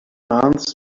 months